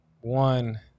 One –